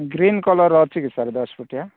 green କଲର୍ର ଅଛି କି ସାର୍ ଦଶ ଫୁଟିଆ